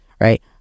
Right